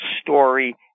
story